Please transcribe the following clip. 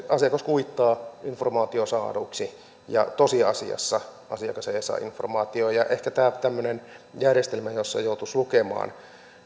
asiakas kuittaa informaation saaduksi mutta tosiasiassa asiakas ei saa informaatiota ja tämmöinen järjestelmä jossa joutuisi lukemaan